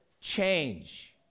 change